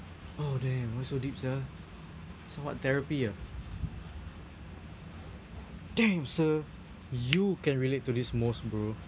oh damn why so deep sia so what therapy ah damn sir you can relate to this most bro